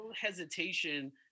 Hesitation